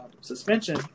suspension